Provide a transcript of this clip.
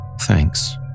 Thanks